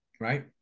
Right